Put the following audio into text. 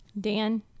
Dan